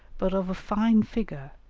but of a fine figure,